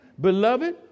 Beloved